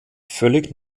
völlig